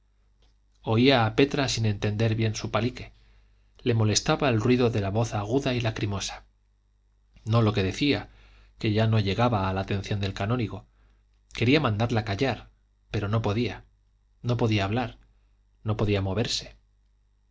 a petra sin entender bien su palique le molestaba el ruido de la voz aguda y lacrimosa no lo que decía que ya no llegaba a la atención del canónigo quería mandarla callar pero no podía no podía hablar no podía moverse